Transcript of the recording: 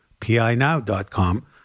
PINow.com